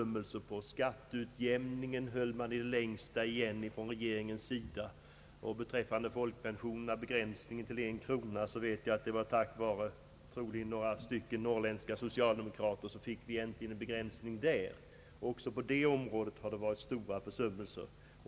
I fråga om skatteutjämningen höll regeringen igen i det längsta. Beträffande folkpensionerna — begränsningen till en krona — vet jag att det troligen var tack vare några norrländska socialdemokrater som en begränsning där åstadkoms. Också på det området har stora försummelser skett.